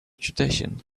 tradition